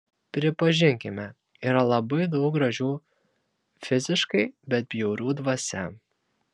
pripažinkime yra labai daug gražių fiziškai bet bjaurių dvasia